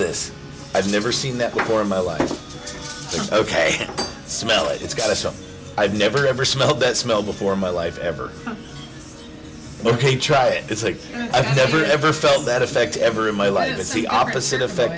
this i've never seen that before in my life ok smell it it's got so i've never ever smelled that smell before my life ever ok try it it's like i've never ever felt that effect ever in my life it's the opposite